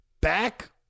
back